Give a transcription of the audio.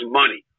money